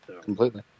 completely